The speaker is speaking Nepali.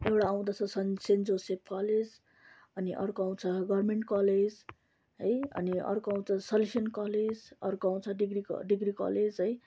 एउटा आउँदछ सन सेन्ट जोसेफ कलेज अनि अर्को आउँछ गर्मेन्ट कलेज है अनि अर्को आउँछ सलेसन कलेज अर्को आउँछ डिग्री डिग्री कलेज है